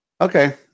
Okay